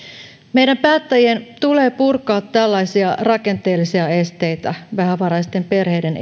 meidän päättäjien tulee purkaa tällaisia rakenteellisia esteitä vähävaraisten perheiden